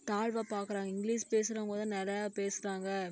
தாழ்வாக பார்க்கறாங்க இங்கிலீஷ் பேசுகிறவங்க தான் நல்லா பேசுகிறாங்க